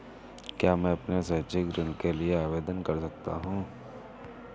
क्या मैं अपने शैक्षिक ऋण के लिए आवेदन कर सकता हूँ?